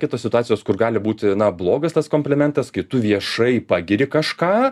kitos situacijos kur gali būti na blogas tas komplimentas kai tu viešai pagiri kažką